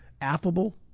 affable